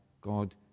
God